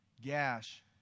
gash